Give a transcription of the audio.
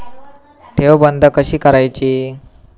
ठेव बंद कशी करायची?